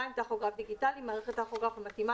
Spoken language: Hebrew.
טכוגרף דיגיטלי - מערכת טכוגרף המתאימה